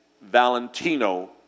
Valentino